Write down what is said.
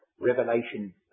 Revelation